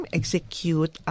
execute